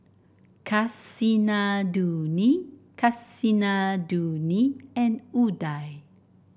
Kasinadhuni Kasinadhuni and Udai